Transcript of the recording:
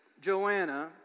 Joanna